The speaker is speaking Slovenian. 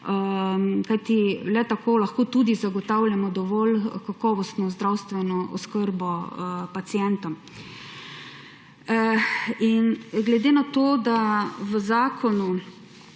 kajti le tako lahko tudi zagotavljamo dovolj kakovostno zdravstveno oskrbo pacientom. V zakonu,